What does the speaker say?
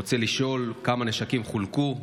אני רוצה לשאול: כמה נשקים חולקו?